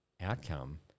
outcome